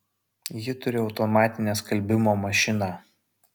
ji turi automatinę skalbimo mašiną